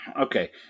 okay